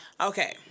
Okay